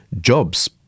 jobs